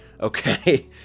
Okay